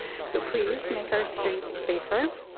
so please make our streets safer.